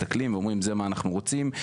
מסתכלים אומרים זה מה שאנחנו רוצים,